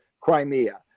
Crimea